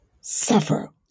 suffer